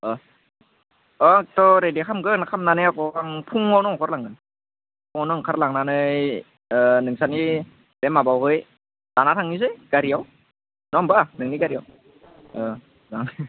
अ आंथ' रेदि खालामगोन खालामनानै आख' आं फुङावनो ओंखारलांगोन फुङावनो ओंखारलांनानै नोंसोरनि बे माबायावहै लाना थांनिसै गारियाव नङा होनबा नोंनि गारियाव ओं